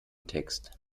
text